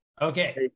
Okay